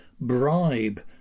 bribe